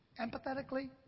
empathetically